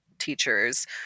teachers